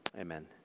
Amen